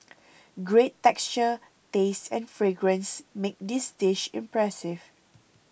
great texture taste and fragrance make this dish impressive